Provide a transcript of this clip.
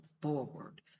forward